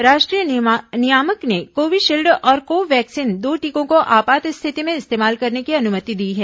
राष्ट्रीय नियामक ने कोविशील्ड और कोवैक्सीन दो टीकों को आपात स्थिति में इस्तेमाल करने की अनुमति दी है